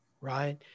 right